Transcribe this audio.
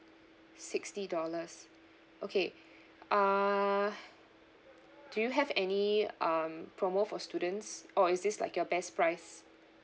sixty dollars okay uh do you have any um promo for students or is this like your best price